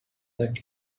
but